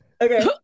Okay